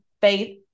Faith